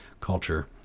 culture